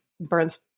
burns